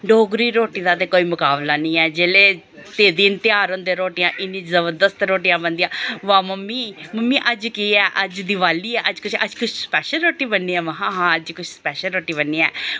डोगरी रुट्टी दा ते कोई मुकाबला निं ऐ जेल्ले दिन तेहार होंदे रुट्टियां इन्नी जबरदस्त रुट्टियां बनदियां वा मम्मी मम्मी अज्ज केह् ऐ अज्ज देआली ऐ अज्ज किश अज्ज किश स्पैशल रुट्टी बननी ऐ महा हां अज्ज किश स्पैशल रुट्टी बननी ऐ